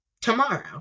tomorrow